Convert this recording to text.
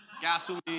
gasoline